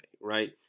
right